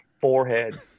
forehead